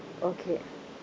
okay